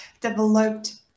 developed